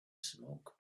smoke